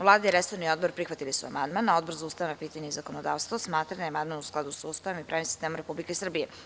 Vlada i resorni odbor prihvatili su amandman, a Odbor za ustavna pitanja i zakonodavstvo smatra da je amandman u skladu sa Ustavom i pravnim sistemom Republike Srbije.